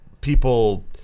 people